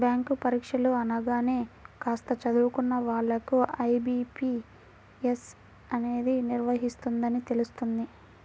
bank పరీక్షలు అనగానే కాస్త చదువుకున్న వాళ్ళకు ఐ.బీ.పీ.ఎస్ అనేది నిర్వహిస్తుందని తెలుస్తుంది